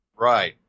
Right